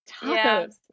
Tacos